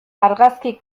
argazki